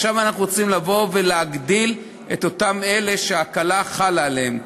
עכשיו אנחנו רוצים לבוא ולהגדיל את מספרם של אלה שההקלה חלה עליהם.